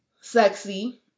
sexy